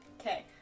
Okay